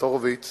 הורוביץ